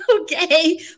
Okay